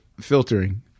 filtering